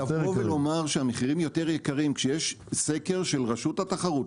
לבוא ולומר שהמחירים יותר יקרים כשיש סקר של רשות התחרות,